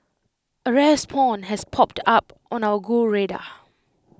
A rare spawn has popped up on our go radar